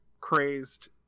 crazed